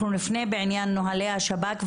אנחנו נפנה בעניין נהלי השב"כ,